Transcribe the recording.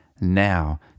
now